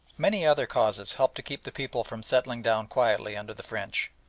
many other causes helped to keep the people from settling down quietly under the french.